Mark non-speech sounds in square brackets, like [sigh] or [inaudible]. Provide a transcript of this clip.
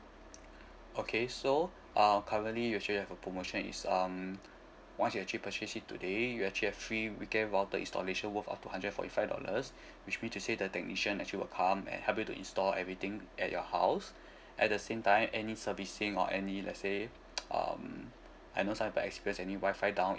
okay so uh currently we actually have a promotion is um once you actually purchase it today you actually have free weekend router installation worth of two hundred forty five dollars [breath] which mean to say the technician actually will come and help you to install everything at your house [breath] at the same time any servicing or any let say um I knows some might expect any Wi-Fi down